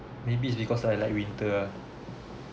maybe it's because I like winter ah